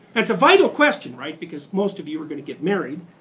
it's a vital question right? because most of you are going to get married,